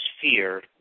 fear